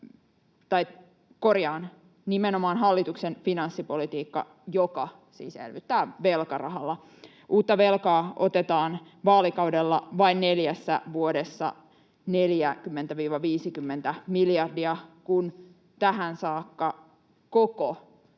on nimenomaan hallituksen finanssipolitiikka, joka siis elvyttää velkarahalla. Uutta velkaa otetaan vaalikaudella vain neljässä vuodessa 40—50 miljardia, kun tähän saakka koko